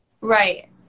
Right